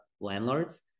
landlords